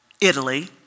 Italy